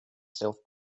stealth